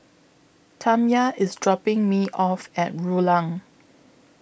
Tamya IS dropping Me off At Rulang